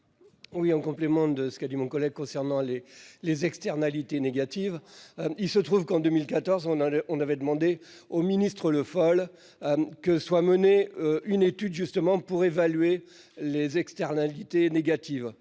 vient en complément de ce qu'a dit mon collègue concernant les les externalités négatives. Il se trouve qu'en 2014 on a on avait demandé au ministre Le Foll. Que soit menée une étude justement pour évaluer les externalités négatives.